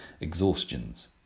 exhaustions